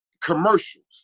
commercials